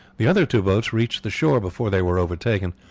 the other two boats reached the shore before they were overtaken,